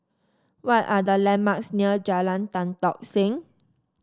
what are the landmarks near Jalan Tan Tock Seng